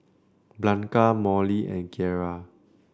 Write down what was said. Blanca Molly and Kiera